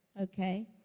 okay